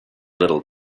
little